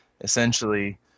Essentially